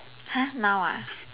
!huh! now ah